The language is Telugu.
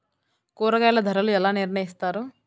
కూరగాయల ధరలు ఎలా నిర్ణయిస్తారు?